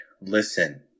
listen